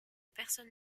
personne